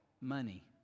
money